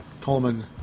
Coleman